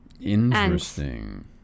Interesting